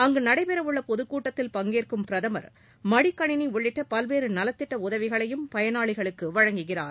அங்கு நடைபெறவுள்ள பொதுக்கூட்டத்தில் பங்கேற்கும் பிரதமர் மடிக்கணினி உள்ளிட்ட பல்வேற நலத்திட்ட உதவிகளையும் பயனாளிகளுக்கு வழங்குகிறார்